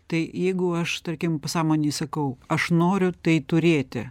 tai jeigu aš tarkim pasąmonei sakau aš noriu tai turėti